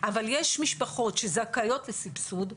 אבל יש משפחות שזכאיות לסבסוד,